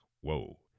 whoa